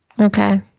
Okay